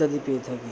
ইত্যাদি পেয়ে থাকি